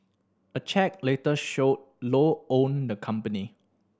a check later showed Low owned the company